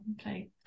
okay